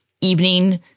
evening